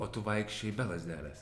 o tu vaikščioji be lazdelės